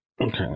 Okay